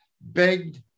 begged